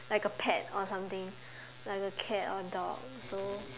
like a pet or something like a cat or dog so